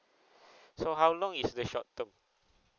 so how long is the short term